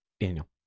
Daniel